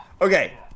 Okay